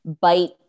bite